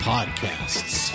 Podcasts